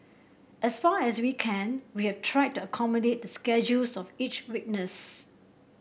as far as we can we have tried to accommodate the schedules of each witness